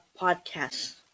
podcasts